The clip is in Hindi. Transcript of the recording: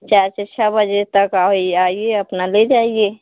चार से छः बजे तक आओ आएं अपना ले जाएं